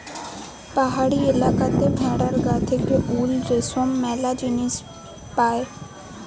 পাহাড়ি এলাকাতে ভেড়ার গা থেকে উল, রেশম ম্যালা জিনিস পায়